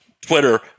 twitter